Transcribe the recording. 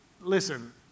listen